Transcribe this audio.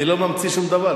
אני לא ממציא שום דבר.